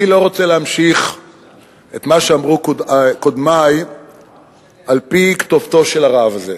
אני לא רוצה להמשיך את מה שאמרו קודמי על-פי כתובתו של הרב הזה,